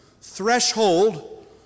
threshold